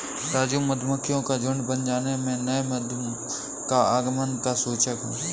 राजू मधुमक्खियों का झुंड बन जाने से नए मधु का आगमन का सूचक है